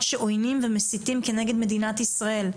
שעויינים ומסיתים כנגד מדינת ישראל.